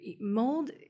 mold